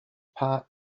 part